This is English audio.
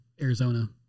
Arizona